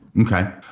okay